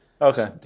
Okay